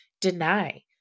deny